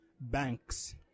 banks